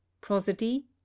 prosody